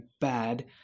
bad